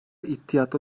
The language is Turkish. ihtiyatlı